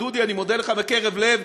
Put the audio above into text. דודי, אני מודה לך מקרב לב.